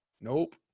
nope